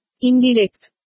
Indirect